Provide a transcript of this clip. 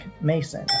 Mason